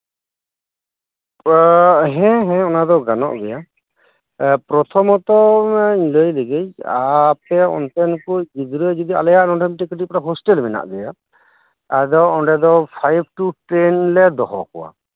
ᱦᱮᱸ ᱦᱮᱸ ᱚᱱᱟᱫᱚ ᱜᱟᱱᱚᱜ ᱜᱮᱭᱟ ᱯᱨᱚᱛᱷᱚᱢᱚᱛᱚ ᱞᱟᱹᱭᱞᱮᱜᱤ ᱟᱯᱮ ᱚᱱᱛᱮᱱ ᱠᱩ ᱜᱤᱫᱽᱨᱟᱹ ᱡᱚᱫᱤ ᱟᱞᱮᱭᱟᱜ ᱱᱚᱰᱮ ᱢᱤᱫᱴᱮᱡ ᱠᱟᱹᱴᱤᱡ ᱯᱟᱨᱟ ᱦᱚᱥᱴᱮᱞ ᱢᱮᱱᱟᱜ ᱜᱮᱭᱟ ᱟᱫᱚ ᱚᱸᱰᱮ ᱫᱚ ᱯᱷᱟᱭᱤᱯ ᱴᱩ ᱴᱮᱱᱞᱮ ᱫᱚᱦᱚ ᱠᱚᱣᱟ